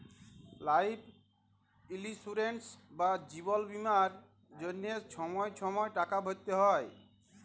life insurance বা জিবল বীমার জ্যনহে ছময় ছময় টাকা ভ্যরতে হ্যয়